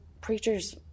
preachers